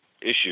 issue